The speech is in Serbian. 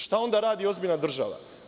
Šta onda radi ozbiljna država?